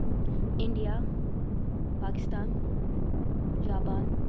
India Pakistan Japan